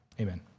Amen